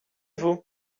vous